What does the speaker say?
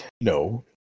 No